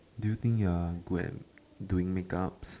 do you think you are good at doing make-ups